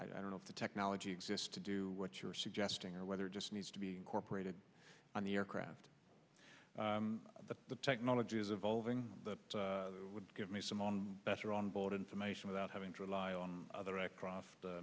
i don't know if the technology exists to do what you're suggesting or whether it just needs to be incorporated on the aircraft but the technology is evolving that would give me some on better on board information without having to rely on other a